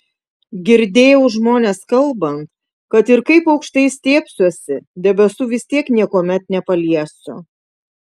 girdėjau žmones kalbant kad ir kaip aukštai stiebsiuosi debesų vis tiek niekuomet nepaliesiu